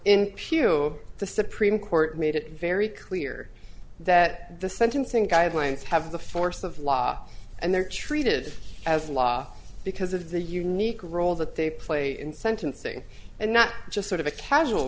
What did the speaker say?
n the supreme court made it very clear that the sentencing guidelines have the force of law and they're treated as law because of the unique role that they play in sentencing and not just sort of a casual